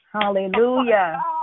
Hallelujah